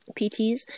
PTs